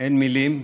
אין מילים,